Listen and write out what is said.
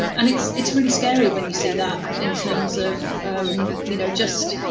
and and it's it's really scary when you see that in terms of you know just